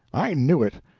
i knew it!